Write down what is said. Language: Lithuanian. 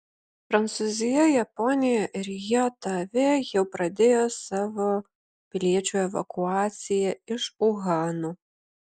prancūzija japonija ir jav jau pradėjo savo piliečių evakuaciją iš uhano